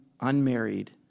unmarried